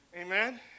amen